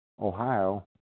Ohio